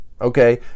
okay